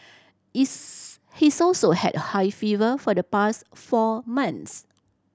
is he's also had a high fever for the past four months